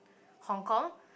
Hong-Kong